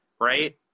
right